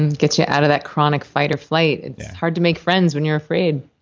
and gets you out of that chronic fight or flight. it's hard to make friends when you're afraid